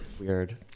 Weird